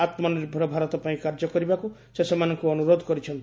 ଆତ୍ମନିର୍ଭରଭାରତ ପାଇଁ କାର୍ଯ୍ୟ କରିବାକୁ ସେ ସେମାନଙ୍କୁ ଅନୁରୋଧ କରିଛନ୍ତି